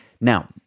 Now